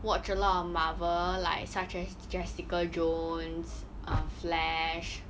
watch a lot of Marvel like such as jessica jones uh flash